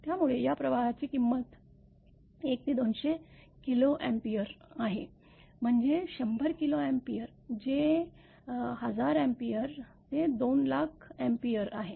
त्यामुळे या प्रवाहाची किंमत १ ते २०० किलो एम्पीअर आहे म्हणजे १०० किलो एम्पीअर जे 1000 एम्पीअर ते 2 लाख एम्पीअर आहे